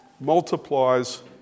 multiplies